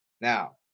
Now